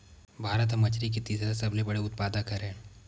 भारत हा मछरी के तीसरा सबले बड़े उत्पादक हरे